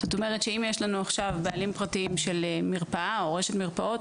זאת אומרת שאם יש לנו עכשיו בעלים פרטיים של מרפאה או של רשת מרפאות